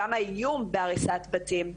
גם האיום בהריסת בתים,